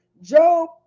Job